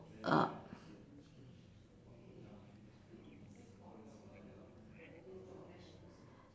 err